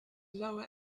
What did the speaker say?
lower